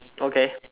okay